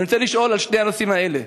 אני רוצה לשאול על שני הנושאים האלה.